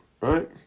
right